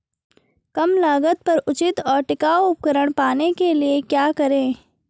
कम लागत पर उचित और टिकाऊ उपकरण पाने के लिए क्या करें?